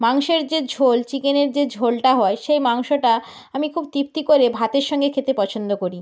মাংসের যে ঝোল চিকেনের যে ঝোলটা হয় সেই মাংসটা আমি খুব তৃপ্তি করে ভাতের সঙ্গে খেতে পছন্দ করি